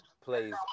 plays